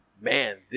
man